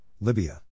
Libya